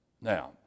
Now